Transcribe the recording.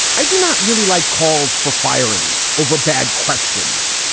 i do not really like calls for firings over bad questions.